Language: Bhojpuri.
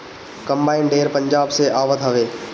कंबाइन ढेर पंजाब से आवत हवे